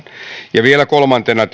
vielä kolmantena